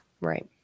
Right